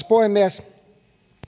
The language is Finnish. puhemies